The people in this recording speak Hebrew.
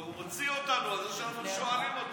והוא עוד הוציא אותנו על זה שאנחנו שואלים אותו,